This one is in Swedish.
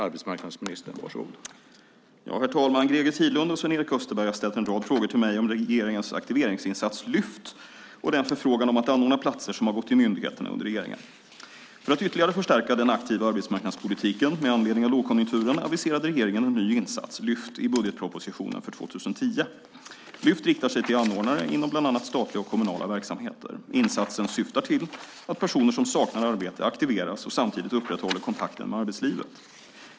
Herr talman! Greger Tidlund och Sven-Erik Österberg har ställt en rad frågor till mig om regeringens aktiveringsinsats Lyft och om den förfrågan om att anordna platser som har gått till myndigheterna under regeringen. För att ytterligare förstärka den aktiva arbetsmarknadspolitiken med anledning av lågkonjunkturen aviserade regeringen en ny insats, Lyft, i budgetpropositionen för 2010. Lyft riktar sig till anordnare inom bland annat statliga och kommunala verksamheter. Insatsen syftar till att personer som saknar arbete aktiveras och samtidigt upprätthåller kontakten med arbetslivet.